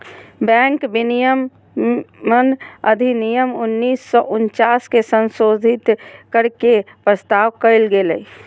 bank विनियमन अधिनियम उन्नीस सौ उनचास के संशोधित कर के के प्रस्ताव कइल गेलय